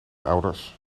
ouders